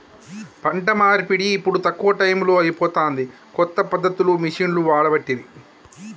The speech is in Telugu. పంట నూర్పిడి ఇప్పుడు తక్కువ టైములో అయిపోతాంది, కొత్త పద్ధతులు మిషిండ్లు వాడబట్టిరి